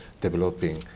developing